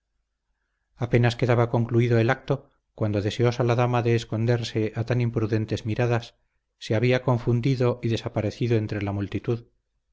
apenas quedaba concluido el acto cuando deseosa la dama de esconderse a tan imprudentes miradas se había confundido y desaparecido entre la multitud